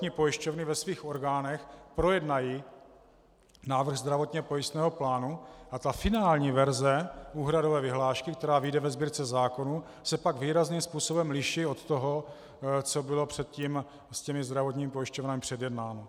Zdravotní pojišťovny ve svých orgánech projednají návrh zdravotně pojistného plánu a ta finální verze úhradové vyhlášky, která vyjde ve Sbírce zákonů, se pak výrazným způsobem liší od toho, co bylo předtím s těmi zdravotními pojišťovnami předjednáno.